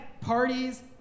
parties